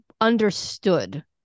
understood